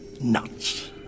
nuts